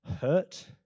hurt